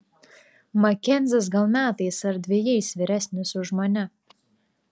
makenzis gal metais ar dvejais vyresnis už mane